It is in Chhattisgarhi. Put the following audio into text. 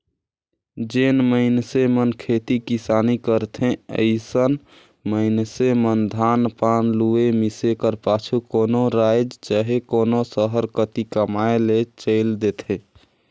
जेन मइनसे मन खेती किसानी करथे अइसन मइनसे मन धान पान लुए, मिसे कर पाछू कोनो राएज चहे कोनो सहर कती कमाए ले चइल देथे